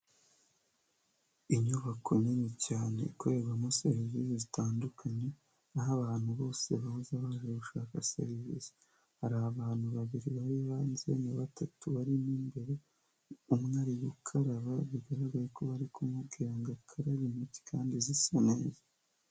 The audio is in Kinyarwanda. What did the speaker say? Inyubako nini cyane ikorerwamo serivise zitandukanye aho abantu bose baza baje gushaka serivise, hari abantu babiri bari hanze na batatu bari mo imbere, umwe ari gukaraba bigaragaye ko bari kumubwira ngo akarabe intoki kandi zise neza.